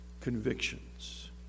convictions